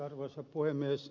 arvoisa puhemies